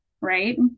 right